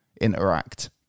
interact